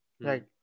right